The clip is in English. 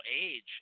age